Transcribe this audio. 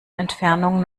entfernung